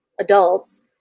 adults